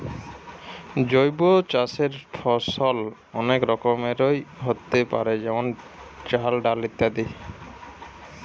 জৈব চাষের ফসল অনেক রকমেরই হোতে পারে যেমন চাল, ডাল ইত্যাদি